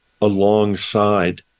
alongside